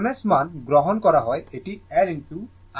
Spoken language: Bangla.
যদি rms মান গ্রহণ করা হয় এটি L IRms 2 হবে